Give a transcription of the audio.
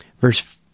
Verse